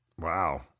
Wow